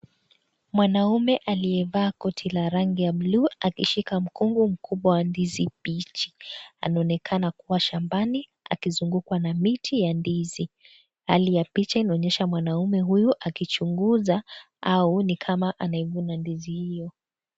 Mwanamume aliyevaa koti la rangi ya bluu akishika mkungu mkubwa wa ndizi pichi. Anaonekana kuwa shambani akizungukwa na miti ya ndizi. Hali ya picha inaonyesha mwanamume huyo akichunguza au ni kama anaivuna ndizi hiyo.